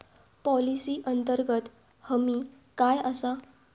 Policy अंतर्गत हमी काय आसा?